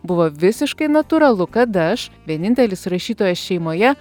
buvo visiškai natūralu kad aš vienintelis rašytojas šeimoje